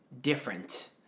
different